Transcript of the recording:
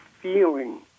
feeling